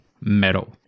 metal